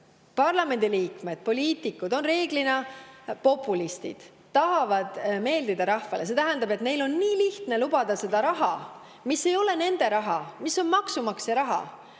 parlamendi liikmed, poliitikud on reeglina populistid ja tahavad meeldida rahvale. See tähendab, et neil on väga lihtne lubada raha, mis ei ole nende raha, mis on maksumaksja raha,